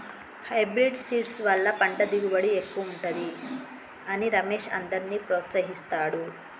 hybrid seeds వల్ల పంట దిగుబడి ఎక్కువుంటది అని రమేష్ అందర్నీ ప్రోత్సహిస్తాడు